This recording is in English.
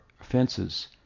offenses